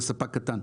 זה ספק קטן.